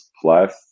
Plus